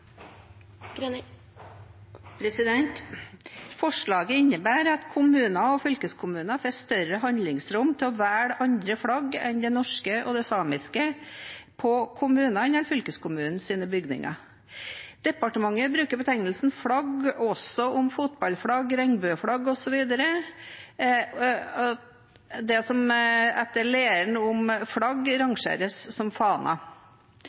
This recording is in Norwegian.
Forslaget innebærer at kommuner og fylkeskommuner får større handlingsrom til å velge andre flagg enn det norske og det samiske på kommunenes og fylkeskommunenes bygninger. Departementet bruker betegnelsen «flagg» også om fotballflagg, regnbueflagg osv., det som etter læren om flagg rangeres som